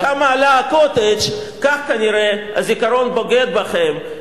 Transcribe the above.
כמה עלה ה"קוטג'" כך כנראה הזיכרון בוגד בכם,